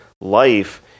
life